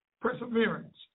perseverance